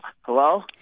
Hello